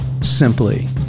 simply